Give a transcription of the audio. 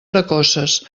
precoces